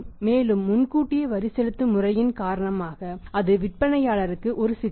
மேலும் முன்கூட்டியே வரி செலுத்தும் முறையின் காரணமாக அது விற்பனையாளர்களுக்கு ஒரு சிக்கல்